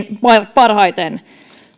parhaiten